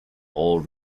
all